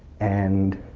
and